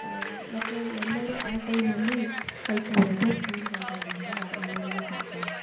ಮತ್ತು ಎಲ್ಲರೂ ಆ ಟೈಮಲ್ಲಿ ಸ್ವಲ್ಪ ವೆದರ್ ಚೇಂಜ್ ಆಗೋದ್ರಿಂದ ಎಲ್ಲರಿಗೂ ಸ್ವಲ್ಪ